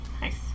Nice